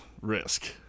risk